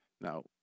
Now